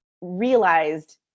realized